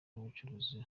bucuruzi